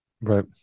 Right